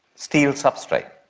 steel substrate,